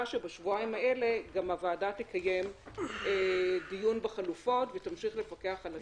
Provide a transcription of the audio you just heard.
שבשבועיים האלה גם הוועדה תקיים דיון בחלופות ותמשיך לפקח על התהליך.